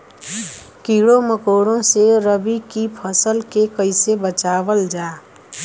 कीड़ों मकोड़ों से रबी की फसल के कइसे बचावल जा?